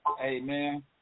Amen